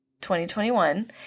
2021